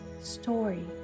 story